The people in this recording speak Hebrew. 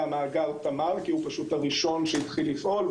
מאגר תמר כי הוא פשוט הראשון שהתחיל לפעול,